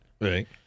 Right